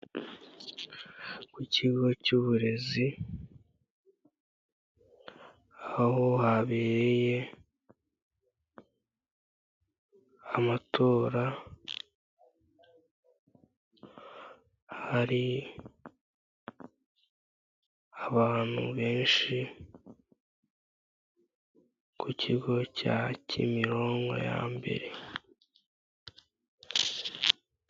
Ku kigo cy uburezi, aho habereye amatora, hari abantu benshi, ku kigo cya Kimironko ya mbere.